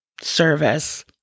service